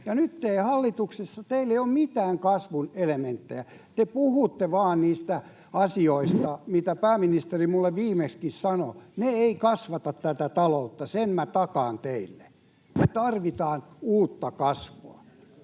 ja nyt teillä hallituksessa ei ole mitään kasvun elementtejä. Te vain puhutte niistä asioista, mitä pääministeri minulle viimeksikin sanoi. Ne eivät kasvata tätä taloutta. Sen takaan teille. Me tarvitaan uutta kasvua.